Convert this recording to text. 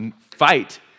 fight